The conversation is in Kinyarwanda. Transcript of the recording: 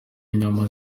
inyama